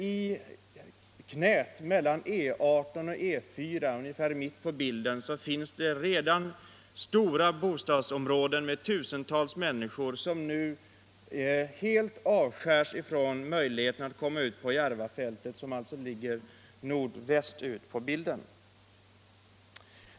I knät mellan E 18 och E4 — ungefär mitt på bilden — finns det redan stora bostadsområden med tusentals människor, som nu helt avskärs från möjligheterna att komma ut på Järvafältet, vilket alltså ligger nordvästut på bilden.